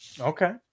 Okay